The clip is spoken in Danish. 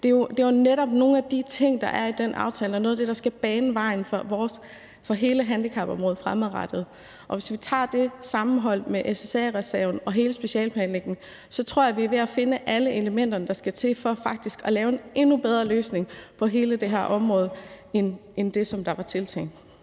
det er jo netop nogle af de ting, der er i den aftale, som er noget af det, der skal bane vejen for hele handicapområdet fremadrettet. Og hvis man tager det sammenholdt med SSA-reserven og hele specialeplanlægningen, tror jeg vi er ved at finde alle de elementer, der skal til, for faktisk at lave en endnu bedre løsning på hele det her område end den, som var tiltænkt.